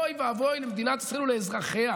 אוי ואבוי למדינת ישראל ולאזרחיה,